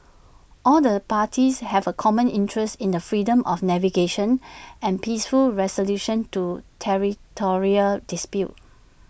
all the parties have A common interest in the freedom of navigation and peaceful resolution to territorial disputes